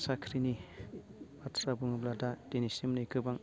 साख्रिनि बाथ्रा बुङोब्ला दा दिनैसिम नै गोबां